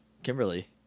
Kimberly